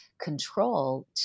control